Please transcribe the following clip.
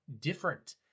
different